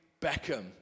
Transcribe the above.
Beckham